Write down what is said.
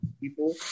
people